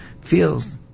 feels